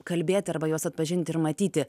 kalbėti arba juos atpažinti ir matyti